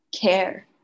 care